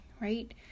right